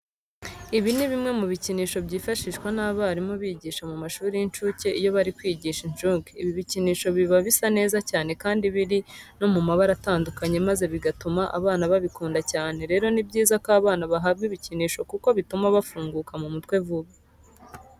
Ibi ni bimwe mu bikinisho byifashishwa n'abarimi bigisha mu mashuri y'incuke iyo bari kwigisha incuke. Ibi bikinisho biba bisa neza cyane kandi biri no mu mabara atandukanye maze bigatuma abana babikunda cyane. Rero ni byiza ko abana bahabwa ibikinisho kuko bituma bafunguka mu mutwe vuba.